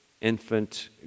infant